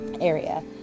area